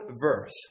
verse